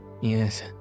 Yes